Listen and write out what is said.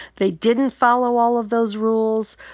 they didn't follow all of those rules.